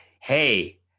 hey